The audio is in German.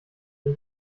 den